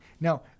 Now